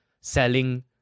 selling